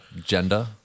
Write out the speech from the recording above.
gender